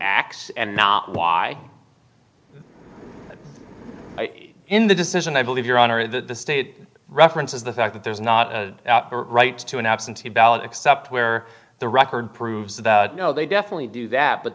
x and not y in the decision i believe your honor the state it references the fact that there's not a right to an absentee ballot except where the record proves that no they definitely do that but